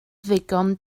ddigon